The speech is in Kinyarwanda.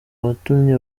watumye